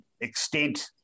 extent